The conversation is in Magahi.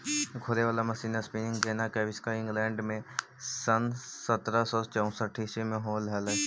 घूरे वाला मशीन स्पीनिंग जेना के आविष्कार इंग्लैंड में सन् सत्रह सौ चौसठ ईसवी में होले हलई